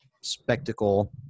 spectacle